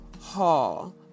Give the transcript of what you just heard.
Hall